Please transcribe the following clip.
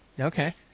Okay